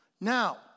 Now